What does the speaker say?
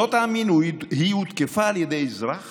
לא תאמינו, היא הותקפה על ידי אזרח